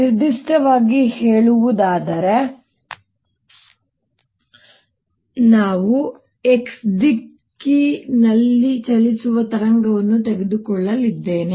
ನಿರ್ದಿಷ್ಟವಾಗಿ ಹೇಳುವುದಾದರೆ ನಾನು x ದಿಕ್ಕಿನಲ್ಲಿ ಚಲಿಸುವ ತರಂಗವನ್ನು ತೆಗೆದುಕೊಳ್ಳಲಿದ್ದೇನೆ